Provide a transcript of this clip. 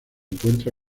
encuentra